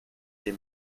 des